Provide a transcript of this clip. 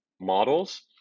models